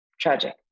tragic